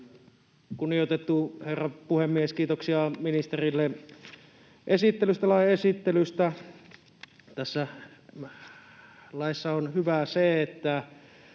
Kunnioitettu herra puhemies! Kiitoksia ministerille lain esittelystä. Tässä laissa on hyvää se, että